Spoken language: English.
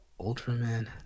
Ultraman